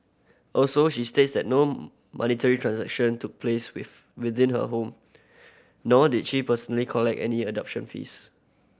also she states that no monetary transaction took place with within her home nor did she personally collect any adoption fees